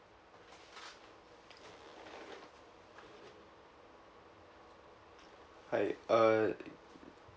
hi uh